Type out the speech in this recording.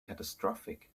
catastrophic